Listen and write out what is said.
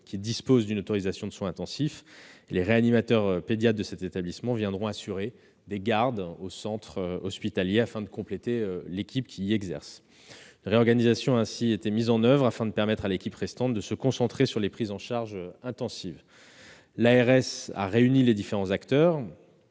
disposant d'une autorisation de soins intensifs. Les réanimateurs pédiatres de cet établissement viendront assurer des gardes au centre hospitalier afin de compléter l'équipe. Une réorganisation a été mise en oeuvre pour permettre à l'équipe restante de se concentrer sur les prises en charge intensives. L'ARS a réuni les différents acteurs-